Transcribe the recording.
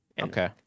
Okay